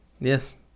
Yes